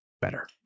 better